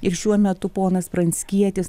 ir šiuo metu ponas pranckietis